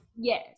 yes